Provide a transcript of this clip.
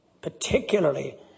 particularly